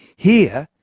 here,